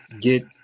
Get